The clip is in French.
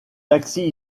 taxis